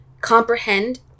comprehend